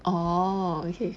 orh okay